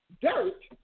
dirt